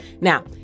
Now